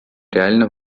реально